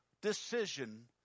decision